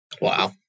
Wow